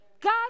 God